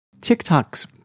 TikTok's